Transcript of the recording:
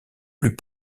plus